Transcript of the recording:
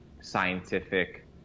scientific